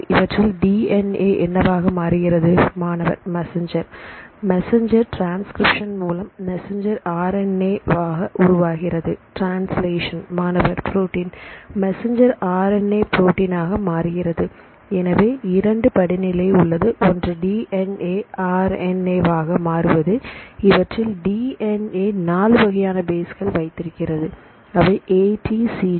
இவற்றில் D N A என்னவாக மாறுகிறது மாணவர் மெசஞ்சர் மெசஞ்சர் ட்ரான்ஸ்கிரிப்ஷன் மூலம் மெசஞ்சர் ஆர் என் ஏ உருவாகிறது ட்ரான்ஸ்லேஷன் மாணவர் protein messenger R N A protein ஆக மாறுகிறது எனவே 2 படி நிலை உள்ளது ஒன்று டி என் ஏ ஆர்என்ஏ வாக மாறுவது இவற்றில் டி என் ஏ 4 வகையான பேஸ்கல் வைத்திருக்கிறது அவை ATCG